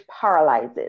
paralyzes